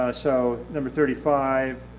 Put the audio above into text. ah so number thirty five,